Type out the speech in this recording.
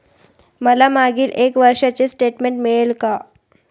मला मागील एक वर्षाचे स्टेटमेंट मिळेल का?